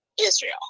Israel